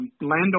landowner